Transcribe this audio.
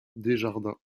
desjardins